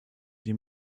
dem